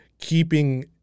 keeping